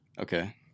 Okay